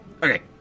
Okay